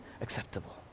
acceptable